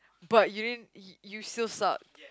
but you didn't you you still sucked